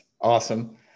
Awesome